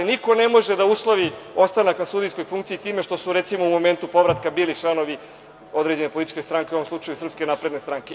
Niko ne može da uslovi ostanak na sudijskoj funkciji time što su tu momentu povratka bile članovi određene političke stranke, u ovom slučaju SNS.